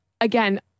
again